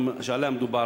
שעליה מדובר,